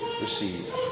receive